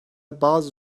bazı